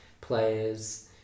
players